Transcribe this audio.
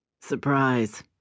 Surprise